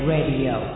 Radio